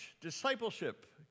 discipleship